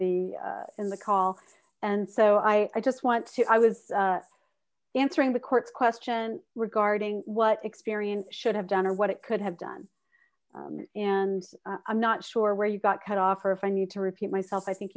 the in the call and so i just want to i was answering the court's question regarding what experience should have done or what it could have done and i'm not sure where you got cut off or if i need to repeat myself i think